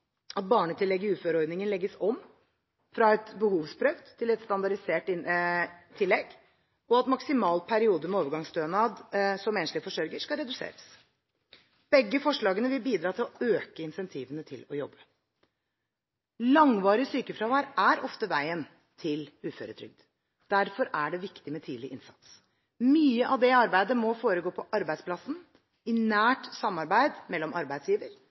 at barnetillegget i uføreordningen legges om fra et behovsprøvd til et standardisert tillegg, og at maksimal periode med overgangsstønad for enslig forsørger skal reduseres. Begge forslagene vil bidra til å øke insentivene til å jobbe. Langvarig sykefravær er ofte veien til uføretrygd. Derfor er det viktig med tidlig innsats. Mye av dette arbeidet må foregå på arbeidsplassen, i nært samarbeid mellom arbeidsgiver,